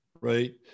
right